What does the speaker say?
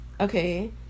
okay